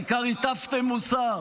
העיקר הטפתם מוסר.